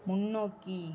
முன்னோக்கி